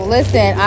Listen